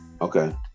Okay